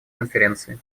конференции